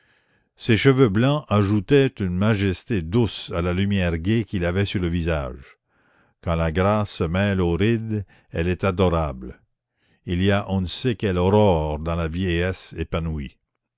ses cheveux blancs ajoutaient une majesté douce à la lumière gaie qu'il avait sur le visage quand la grâce se mêle aux rides elle est adorable il y a on ne sait quelle aurore dans la vieillesse épanouie